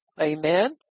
Amen